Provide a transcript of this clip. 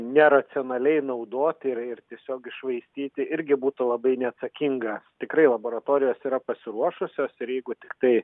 neracionaliai naudot ir ir tiesiog iššvaistyti irgi būtų labai neatsakinga tikrai laboratorijos yra pasiruošusios ir jeigu tiktai